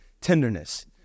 Tenderness